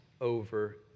over